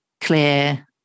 clear